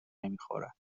نمیخورد